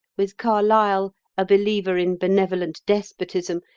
with carlyle a believer in benevolent despotism,